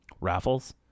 raffles